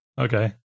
Okay